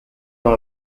dans